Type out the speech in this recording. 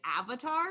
Avatar –